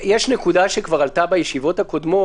יש נקודה שכבר עלתה בישיבות הקודמות,